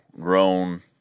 grown